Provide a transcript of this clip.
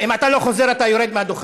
אם אתה לא חוזר, אתה יורד מהדוכן.